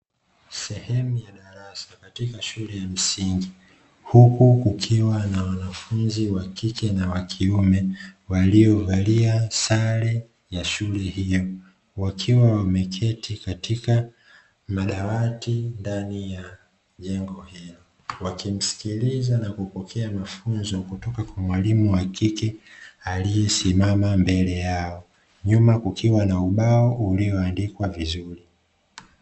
Sehemu ya darasa katika shule ya msingi, huku kukiwa na wanafunzi wa kike na wa kiume waliovalia sare ya shule hiyo wakiwa wameketi katika madawati ndani ya jengo hilo, wakimsikiliza na kupokea mafunzo kutoka kwa mwalimu wa kike aliyesimama mbele yao, nyuma kukiwa na ubao ulioandikwa vizuri.